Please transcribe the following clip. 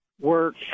work